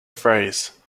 phrase